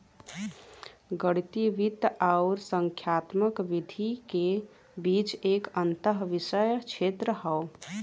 गणितीय वित्त आउर संख्यात्मक विधि के बीच एक अंतःविषय क्षेत्र हौ